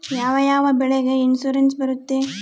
ಯಾವ ಯಾವ ಬೆಳೆಗೆ ಇನ್ಸುರೆನ್ಸ್ ಬರುತ್ತೆ?